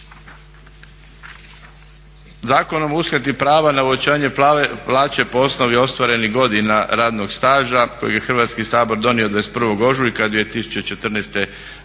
Zakonom o uskrati prava na uvećanje plaće po osnovi ostvarenih godina radnog staža kojeg je Hrvatski sabor donio 21. ožujka 2014.